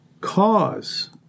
cause